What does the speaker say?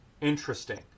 Interesting